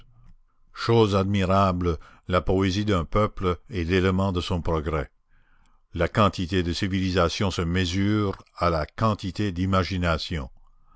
chose admirable la poésie d'un peuple est l'élément de son progrès la quantité de civilisation se mesure à la quantité d'imagination